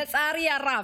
לצערי הרב,